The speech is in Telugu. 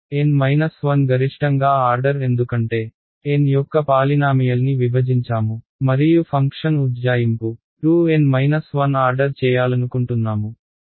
N 1 గరిష్టంగా ఆర్డర్ ఎందుకంటే N యొక్క పాలినామియల్ని విభజించాము మరియు ఫంక్షన్ ఉజ్జాయింపు 2 N 1 ఆర్డర్ చేయాలనుకుంటున్నాము